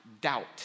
doubt